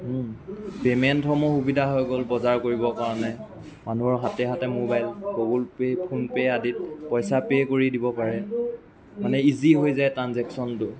পেমেণ্টসমূহ সুবিধা হৈ গ'ল বজাৰ কৰিবৰ কাৰণে মানুহৰ হাতে হাতে মোবাইল গুগ'ল পে' ফোনপে' আদিত পইচা পে' কৰি দিব পাৰে মানে ইজি হৈ যায় ট্ৰাঞ্জেকশ্য়নটো